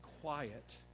quiet